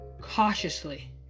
Cautiously